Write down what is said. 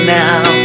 now